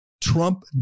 Trump